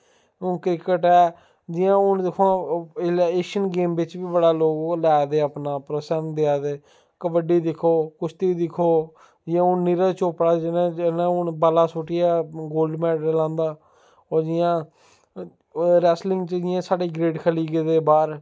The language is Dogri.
हून क्रिकेट ऐ जि'यां हून दिखुआं इसलै एशियन गेम बिच्च बी बड़ा ओ लै दे अपना प्रोत्सहान देआ दे कब्बडी 'दिक्खो कुश्ती दिक्खो जि'यां हून नीरज चोपड़ा जिनें हून भाल्ला सुट्टियै गोलड मैडल आंह्दा ओह् जि'यां रैसलिंग च जि'यां साढ़े ग्रेट खली गेदे बाह्र